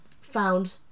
found